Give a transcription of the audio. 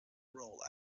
role